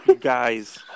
guys